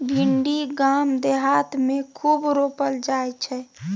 भिंडी गाम देहात मे खूब रोपल जाई छै